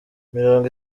mirongo